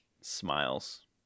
Smiles